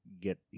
get